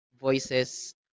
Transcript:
voices